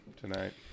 tonight